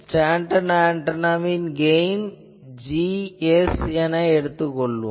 standard ஆன்டெனாவின் gain Gs என எடுத்துக் கொள்வோம்